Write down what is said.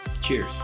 Cheers